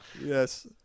Yes